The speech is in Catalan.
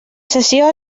sessió